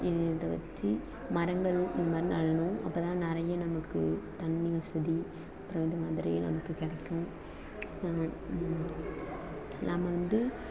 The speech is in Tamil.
இது இதை வச்சு மரங்களும் இது மாதிரி நடணும் அப்போ தான் நிறைய நமக்கு தண்ணி வசதி அப்புறோம் இது மாதிரி நமக்கு கிடைக்கும் நாம வந்து